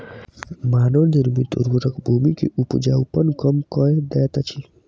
मानव निर्मित उर्वरक भूमि के उपजाऊपन कम कअ दैत अछि